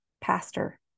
pastor